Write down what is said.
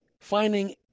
finding